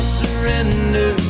surrender